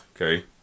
Okay